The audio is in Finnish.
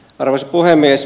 arvoisa puhemies